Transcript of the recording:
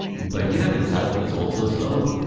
but github itself is also slow.